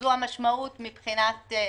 - זו המשמעות מבחינת חוק-יסוד: